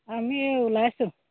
আমি ওলাইছোঁ